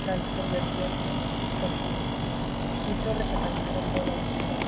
trascurrió el tiempo escribí mis obras alcanzaron buen éxito